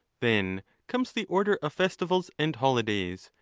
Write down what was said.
then comes the order of festivals and holidajs,